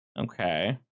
Okay